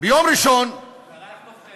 ביום ראשון, הוא קרא לחטוף חיילים.